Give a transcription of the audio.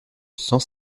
cent